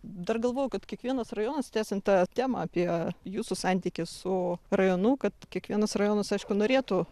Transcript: dar galvojau kad kiekvienas rajonas tęsiant tą temą apie jūsų santykį su rajonu kad kiekvienas rajonas aišku norėtų